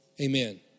Amen